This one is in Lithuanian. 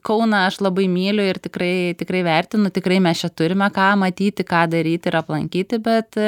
kauną aš labai myliu ir tikrai tikrai vertinu tikrai mes čia turime ką matyti ką daryti ir aplankyti bet